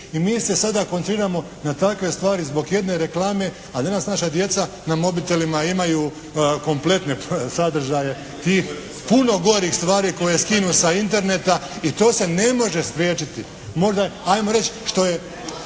i mi se sada koncentriramo na takve stvari zbog jedne reklame a danas naša djeca na mobitelima imaju kompletne sadržaje tih puno gorih stvari koje skinu sa interneta i to se ne može spriječiti. Možda ajmo reći što je